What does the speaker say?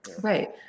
Right